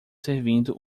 servindo